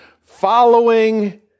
following